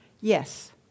Yes